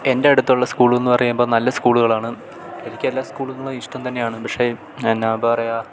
എൻ്റെ അടുത്തുള്ള സ്കൂളെന്നു പറയുമ്പോൾ നല്ല സ്കൂളുകളാണ് എനിക്ക് എല്ലാ സ്കൂളുകളും ഇഷ്ടം തന്നെയാണ് പക്ഷേ ഞാൻ പറയാം